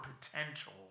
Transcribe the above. potential